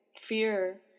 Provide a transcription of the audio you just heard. fear